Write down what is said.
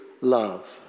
love